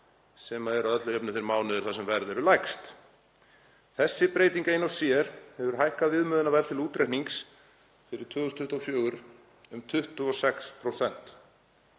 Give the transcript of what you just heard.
sem eru að öllu jöfnu þeir mánuðir þar sem verð er lægst. Þessi breyting ein og sér hefur hækkað viðmiðunarverð til útreiknings fyrir 2024 um 26%.